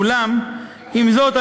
אולם עם זאת,